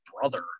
brother